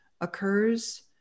occurs